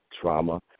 trauma